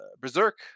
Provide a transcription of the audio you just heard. Berserk